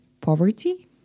poverty